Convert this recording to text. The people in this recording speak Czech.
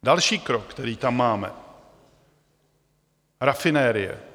Další krok, který tam máme rafinerie.